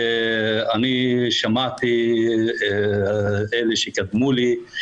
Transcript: אני שמעתי את אלה שקדמו לי,